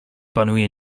panuje